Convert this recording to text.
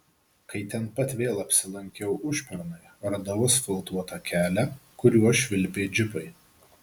kai ten pat vėl apsilankiau užpernai radau asfaltuotą kelią kuriuo švilpė džipai